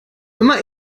immer